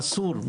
אסור.